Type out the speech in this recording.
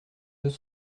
deux